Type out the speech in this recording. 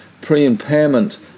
pre-impairment